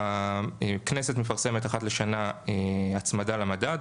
הכנסת מפרסמת אחת לשנה הצמדה למדד,